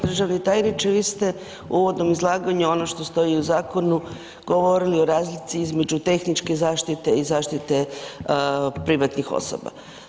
Državni tajniče, vi ste u uvodnom izlaganju ono što stoji u zakonu govorili između tehničke zaštite i zaštita privatnih osoba.